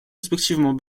respectivement